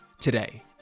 today